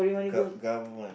gov~ government